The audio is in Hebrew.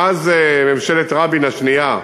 מאז ממשלת רבין השנייה,